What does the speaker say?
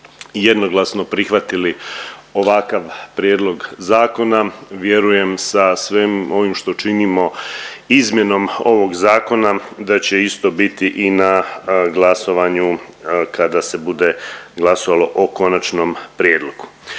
jednoglasno prihvatili ovakav prijedlog zakona, vjerujem sa svim ovim što činimo izmjenom ovog zakona da će isto biti i na glasovanju kada se bude glasovalo o Konačnom prijedlogu.